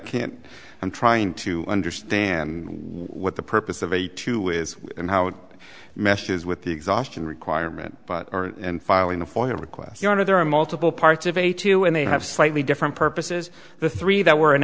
can't i'm trying to understand what the purpose of a two is and how it messes with the exhaustion requirement and filing for your requests you know there are multiple parts of a two and they have slightly different purposes the three that were an